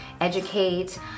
educate